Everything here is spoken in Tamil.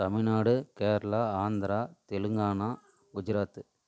தமிழ் நாடு கேரளா ஆந்திரா தெலுங்கானா குஜராத்